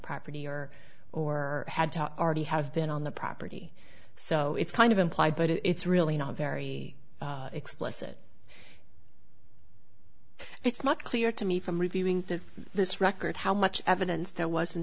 property or or had to already have been on the property so it's kind of implied but it's really not very explicit it's not clear to me from reviewing this record how much evidence there was in